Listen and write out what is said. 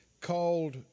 called